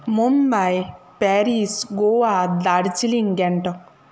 Mumbai Paris Goa Darjeeling Gangtok